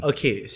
Okay